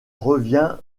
revient